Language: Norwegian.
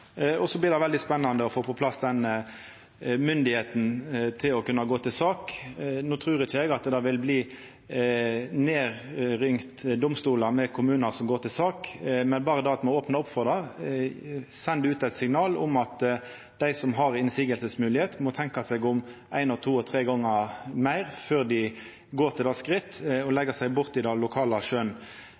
Det blir veldig spennande å få på plass myndigheita til å kunna gå til sak. No trur ikkje eg at domstolane vil bli nedringde av kommunar som går til sak, men berre det at me opnar opp for det, sender ut eit signal om at dei som har høve til motsegn, må tenkja seg om ein, to og tre gonger til før dei går til det skrittet å leggja seg borti det lokale